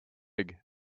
egg